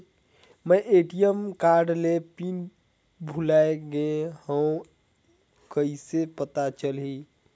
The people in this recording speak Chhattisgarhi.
मैं ए.टी.एम कारड के पिन भुलाए गे हववं कइसे पता चलही?